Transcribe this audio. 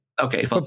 Okay